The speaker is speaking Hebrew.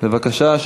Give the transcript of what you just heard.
בבקשה.